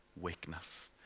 weakness